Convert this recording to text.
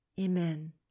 Amen